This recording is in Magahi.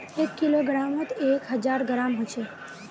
एक किलोग्रमोत एक हजार ग्राम होचे